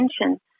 attention